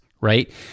right